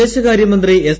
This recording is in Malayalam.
വിദേശകാര്യമന്ത്രി എസ്